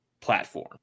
platform